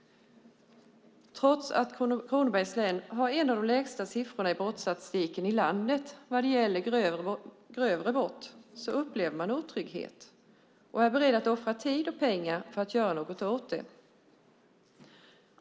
Trots att Kronobergs län har bland de lägsta siffrorna i brottsstatistiken i landet vad gäller grövre brott upplever man otrygghet och är beredd att offra tid och pengar för att göra något åt det.